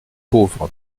pauvre